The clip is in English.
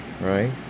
right